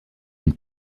une